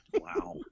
Wow